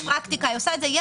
והפטורים ומס קנייה על טובין (תיקון מס' 3),